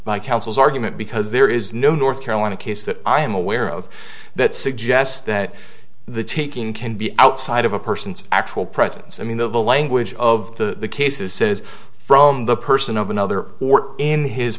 counsel's argument because there is no north carolina case that i am aware of that suggests that the taking can be outside of a person's actual presence i mean the language of the cases is from the person of another or in his